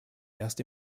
erst